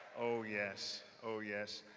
oh, yes. oh, yes.